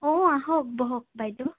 অ' আহক বহক বাইদেউ